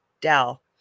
dell